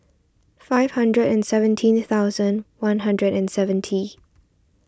five hundred and seventeen thousand one hundred and seventy